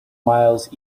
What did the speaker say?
miles